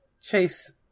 Chase